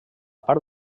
part